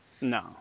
No